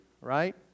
right